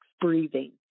breathing